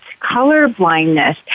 colorblindness